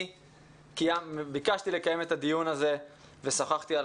אני ביקשתי לקיים את הדיון הזה ושוחחתי על